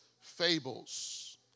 fables